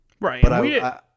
right